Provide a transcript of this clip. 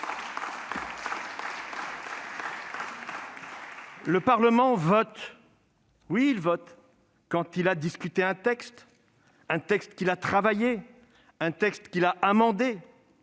Le Parlement vote ... Oui, il vote, quand il a discuté un texte, un texte qu'il a travaillé, un texte qu'il a amendé.